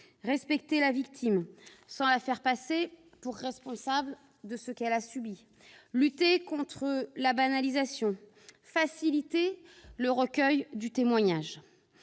respecter la victime sans la faire passer pour responsable de ce qu'elle a subi ; lutter contre la banalisation ; faciliter le recueil du témoignage,